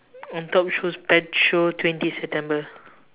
on top shows pet show twenty september